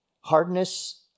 Hardness